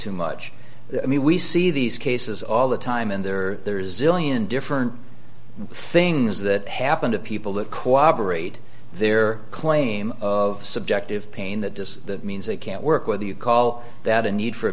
too much i mean we see these cases all the time and there are there is illian different things that happen to people that cooperate their claim of subjective pain that just means they can't work whether you call that a need for